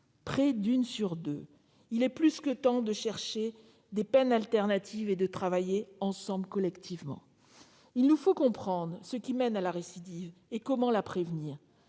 individu sur deux ! Il est plus que temps de chercher des peines alternatives et de travailler collectivement. Il nous faut comprendre ce qui mène à la récidive et la façon